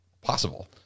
possible